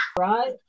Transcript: right